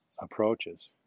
approaches